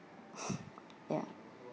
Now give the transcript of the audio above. ya